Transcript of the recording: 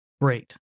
Great